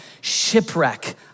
shipwreck